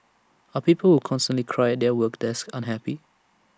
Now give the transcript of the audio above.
are people who constantly cry at their work desk unhappy